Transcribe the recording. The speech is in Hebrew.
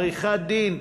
עריכת-דין,